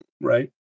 Right